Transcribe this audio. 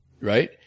right